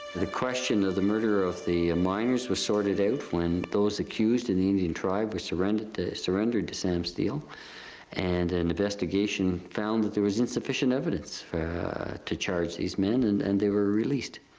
the question of the murder of the miners was sorted out when those accused in the indian tribe were surrendered to surrendered to sam steele and an investigation found that there was insufficient evidence to charge these men and and they were released.